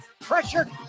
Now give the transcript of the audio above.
Pressure